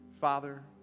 Father